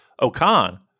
Okan